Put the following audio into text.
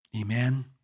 Amen